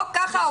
או ככה או ככה.